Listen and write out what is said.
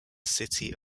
city